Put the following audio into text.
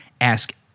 Ask